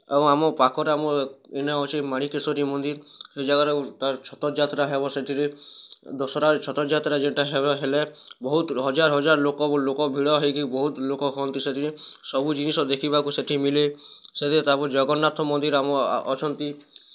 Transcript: ଆଉ ଆମ ପାଖରେ ଆମ ଏଇନେ ଅଛି ମାଣିକେଶ୍ୱରୀ ମନ୍ଦିର୍ ସେ ଜାଗାଟା ତାର୍ ଛତ୍ରଯାତ୍ରା ହବ ସେଥିରେ ଦଶହରା ଛତ୍ରଯାତ୍ରା ଯେଉଁଟା ହେଲେ ବହୁତ୍ ହଜାର୍ ହଜାର୍ ଲୋକ ଲୋକ ଭିଡ଼ ହେଇକି ବହୁତ୍ ଲୋକ ହଅନ୍ତି ସେଇଠି ସବୁ ଜିନିଷ ଦେଖିବାକୁ ସେଇଠି ମିଲେ ସେଥିରେ ତା'ପରେ ଜଗନ୍ନାଥ ମନ୍ଦିର ଆମର ଅଛନ୍ତି